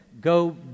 go